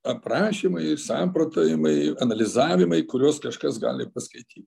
aprašymai samprotavimai analizavimai kuriuos kažkas gali paskaityt